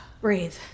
Breathe